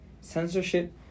censorship